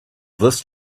this